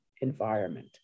environment